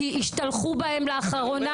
כי השתלחו בהם לאחרונה,